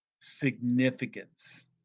significance